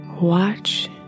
watch